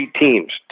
teams